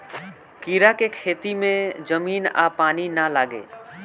कीड़ा के खेती में जमीन आ पानी ना लागे